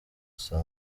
saa